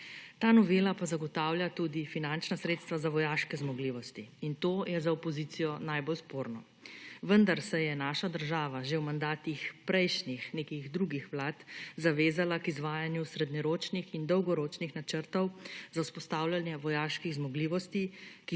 Ta novela pa zagotavlja tudi finančna sredstva za vojaške zmogljivosti in to je za opozicijo najbolj sporno. Vendar se je naša država že v mandatih prejšnjih, nekih drugih vlad zavezala k izvajanju srednjeročnih in dolgoročnih načrtov za vzpostavljanje vojaških zmogljivosti,